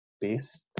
best